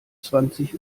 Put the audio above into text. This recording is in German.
zwanzig